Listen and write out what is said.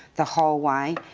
the whole way,